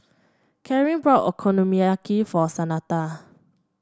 Kareen bought Okonomiyaki for